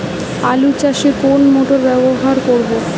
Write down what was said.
আলু চাষে কোন মোটর ব্যবহার করব?